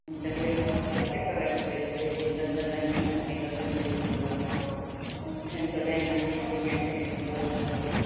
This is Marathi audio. आमच्याकडे प्रत्येक प्रकारचे पेस्ट आहे दंतकांती आहे पतंजलीचं सेंसोडाईन आहे कोलगेट आहे क्लोजप आहे